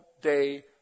day